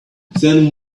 then